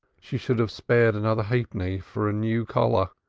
she should have spared another halfpenny for a new collar,